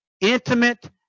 intimate